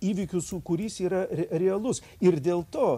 įvykių sūkurys yra realus ir dėl to